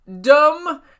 Dumb